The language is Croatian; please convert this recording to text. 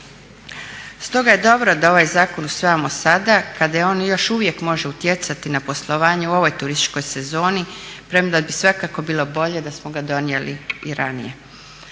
Stoga je dobro da ovaj zakon usvajamo sada kada on još uvijek može utjecati na poslovanje u ovoj turističkoj sezoni premda bi svakako bilo bolje da smo ga donijeli i ranije.